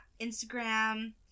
instagram